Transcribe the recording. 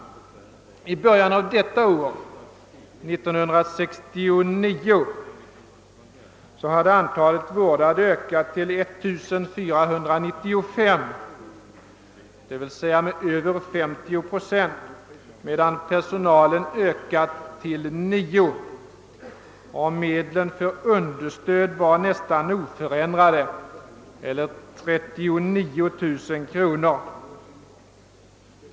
I början av detta år, 1969, hade antalet vårdade ökat till 1495, d.v.s. med över 50 procent, medan personalen ökat till nio. Medlen för understöd var nästan oförändrade eller 39 000 kronor.